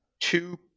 two